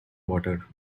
water